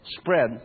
spread